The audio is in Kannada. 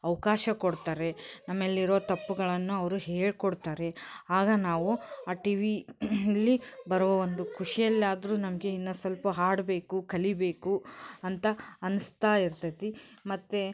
ಅವಕಾಶ ಕೊಡ್ತಾರೆ ನಮ್ಮಲ್ಲಿರೋ ತಪ್ಪುಗಳನ್ನು ಅವರು ಹೇಳಿಕೊಡ್ತಾರೆ ಆಗ ನಾವು ಆ ಟಿವಿ ಅಲ್ಲಿ ಬರೋ ಒಂದು ಖುಷಿಯಲ್ಲಾದರೂ ನಮಗೆ ಇನ್ನೂ ಸ್ವಲ್ಪ ಹಾಡಬೇಕು ಕಲಿಯಬೇಕು ಅಂತ ಅನಿಸ್ತಾ ಇರ್ತೈತಿ ಮತ್ತು